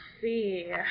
see